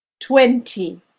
twenty